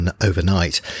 overnight